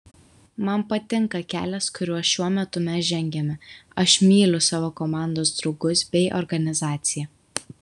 man patinka kelias kuriuo šiuo metu mes žengiame aš myliu savo komandos draugus bei organizaciją